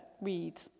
read